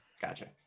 Gotcha